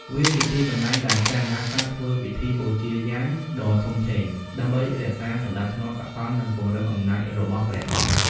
វាជាទីកន្លែងដែលព្រះមហាក្សត្រធ្វើពិធីបូជាយញ្ញដ៏ធំធេង ដើម្បីរក្សាសណ្តាប់ធ្នាប់សកល និងពង្រឹងអំណាចរបស់ព្រះអង្គ។